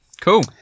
cool